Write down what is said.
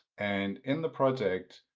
and in the project,